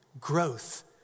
growth